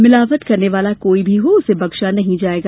मिलावट करने वाला कोई भी हो उसे बक्शा नहीं जाएगा